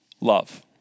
love